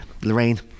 Lorraine